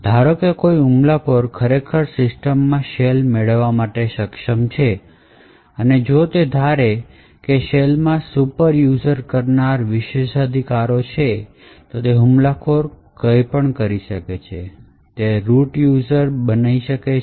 ધારો કે કોઈ હુમલાખોર ખરેખર સિસ્ટમમાં શેલ મેળવવા માટે સક્ષમ છે અને જો તે ધારે છે કે શેલ માં Super User કરનાર વિશેષાધિકારો છે તો હુમલાખોર કંઈપણ કરી શકે છે જે રુટ યુઝર કરી શકે છે